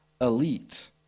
elite